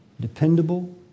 dependable